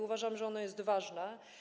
Uważam, że ono jest ważne.